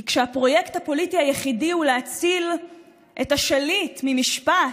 כי כשהפרויקט הפוליטי היחידי הוא להציל את השליט ממשפט,